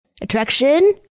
Attraction